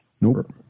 Nope